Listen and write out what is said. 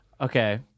Okay